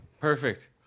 perfect